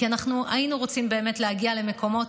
והמועצות האזוריות והרשויות המקומיות